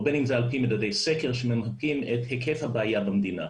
או בין אם זה על פי מדדי סקר שממפים את היקף הבעיה במדינה.